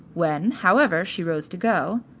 when, however, she rose to go,